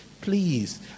Please